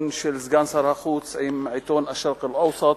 של סגן שר החוץ לעיתון "א-שרק אל-אווסט".